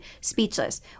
speechless